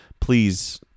please